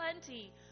plenty